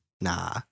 Nah